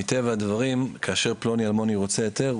מטבע הדברים כאשר פלוני אלמוני רוצה היתר,